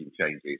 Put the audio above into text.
changes